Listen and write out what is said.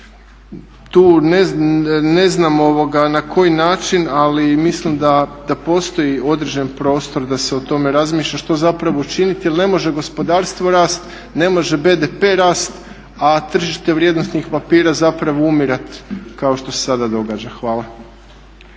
Tu ne znam na koji način, ali mislim da postoji određen prostor da se o tome razmišlja što zapravo činiti jer ne može gospodarstvo rast, ne može BDP rast, a tržište vrijednosnih papira zapravo umirat kao što se sada događa. Hvala.